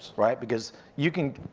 right, because you can,